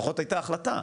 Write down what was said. לפחות הייתה החלטה.